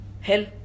hell